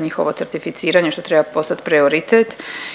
njihovo certificiranje što treba postat prioritet